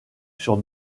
sur